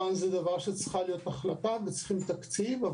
שצריכה להיות עליו החלטה וצריך תקציב.